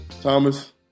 Thomas